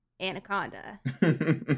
anaconda